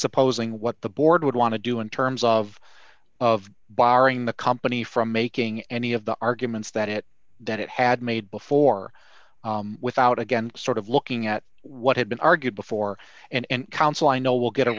presupposing what the board would want to do in terms of of barring the company from making any of the arguments that it that it had made before without again sort of looking at what had been argued before and counsel i know will get a